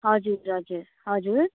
हजुर हजुर हजुर